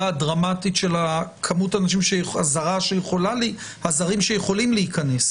הדרמטית של כמות הזרים שיכולים להיכנס.